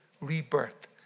rebirth